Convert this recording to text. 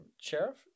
Sheriff